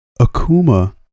Akuma